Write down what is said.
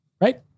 right